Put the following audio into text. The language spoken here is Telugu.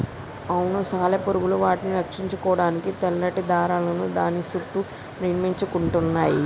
అవును సాలెపురుగులు వాటిని రక్షించుకోడానికి తెల్లటి దారాలను దాని సుట్టూ నిర్మించుకుంటయ్యి